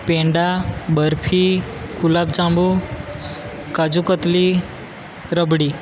peda barfi gulab jamun kaju katli rabri